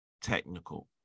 technical